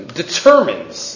determines